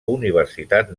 universitat